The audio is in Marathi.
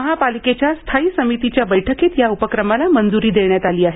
महापालिकेच्या स्थायी समितीच्या बैठकीत या उपक्रमाला मंजुरी देण्यात आली आहे